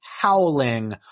howling